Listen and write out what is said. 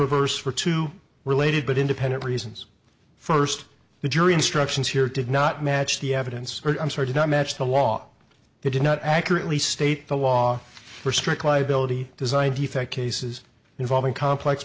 reverse for two related but independent reasons first the jury instructions here did not match the evidence i'm certain i match the law they did not accurately state the law for strict liability design defect cases involving complex